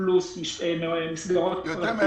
פלוס מסגרות פרטיות.